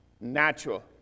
natural